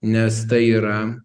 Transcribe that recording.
nes tai yra